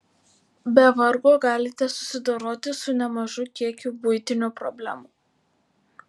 be vargo galite susidoroti su nemažu kiekiu buitinių problemų